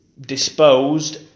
disposed